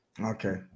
Okay